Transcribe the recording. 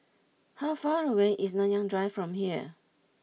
how far away is Nanyang Drive from here